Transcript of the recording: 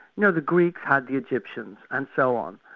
you know, the greeks had the egyptians, and so on,